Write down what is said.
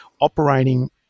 operating